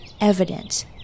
evidence